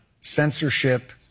censorship